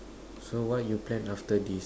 so what you plan after this